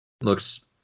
looks